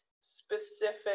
specific